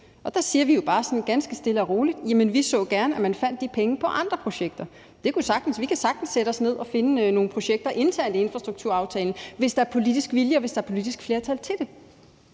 Og der siger vi bare sådan ganske stille og roligt, at vi gerne så, at man fandt de penge i andre projekter. Vi kan sagtens sætte os ned og finde nogle projekter internt i infrastrukturaftalen, hvis der er politisk vilje, og hvis der er politisk flertal til det.